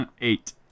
Eight